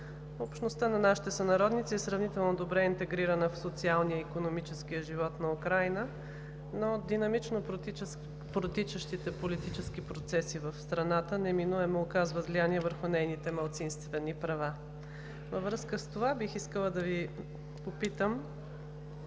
Общността на нашите сънародници е сравнително добре интегрирана в социалния и икономическия живот на Украйна, но динамично протичащите политически процеси в страната неминуемо оказват влияние върху нейните малцинствени права. Във връзка с това бих искала да Ви попитам: